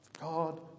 God